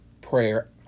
prayer